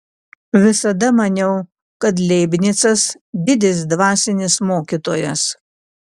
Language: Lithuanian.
visada maniau kad leibnicas didis dvasinis mokytojas